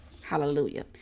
Hallelujah